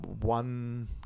one